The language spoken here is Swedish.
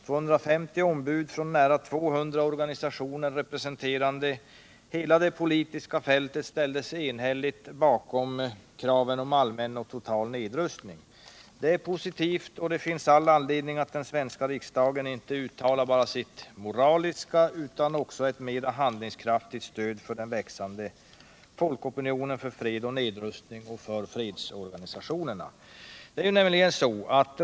250 ombud från nära 200 organisationer, representerande hela det politiska fältet, ställde sig enhälligt bakom kraven om allmän och total nedrustning. Detta är positivt, och det finns all anledning att den svenska riksdagen uttalar inte bara sitt moraliska, utan också ett mera handlingskraftigt stöd åt den växande folkopinionen för fred och nedrustning och åt fredsorganisationerna.